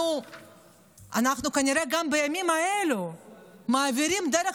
אנחנו כנראה גם בימים האלה מעבירים דרך